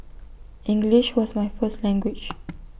English was my first language